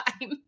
time